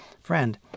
Friend